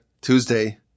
Tuesday